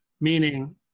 Meaning